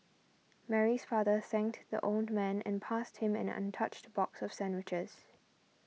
Mary's father thanked the old man and passed him an untouched box of sandwiches